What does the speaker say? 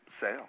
sale